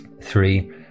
Three